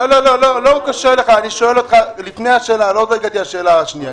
לא, לא, לפני השאלה, עוד לא הגעתי לשאלה השנייה.